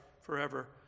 forever